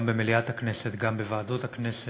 גם במליאת הכנסת וגם בוועדות הכנסת,